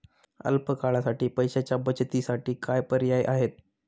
अल्प काळासाठी पैशाच्या बचतीसाठी काय पर्याय आहेत?